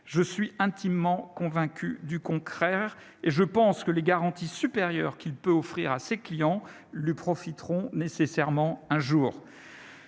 Je suis intimement convaincu du contraire et je pense que les garanties supérieures qu'il peut offrir à ses clients lui profiteront nécessairement un jour.